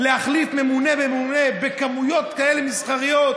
להחליף ממונה בממונה בכמויות כאלה מסחריות?